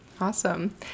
Awesome